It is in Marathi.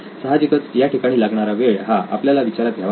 सहाजिकच या ठिकाणी लागणारा वेळ हा आपल्याला विचारात घ्यावा लागेल